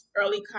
early